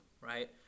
right